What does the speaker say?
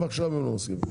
ועכשיו הוא לא מסכים.